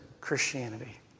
Christianity